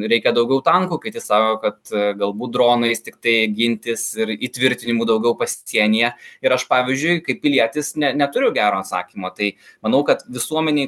reikia daugiau tankų kiti sako kad galbūt dronais tiktai gintis ir įtvirtinimų daugiau pasienyje ir aš pavyzdžiui kaip pilietis ne neturiu gero atsakymo tai manau kad visuomenei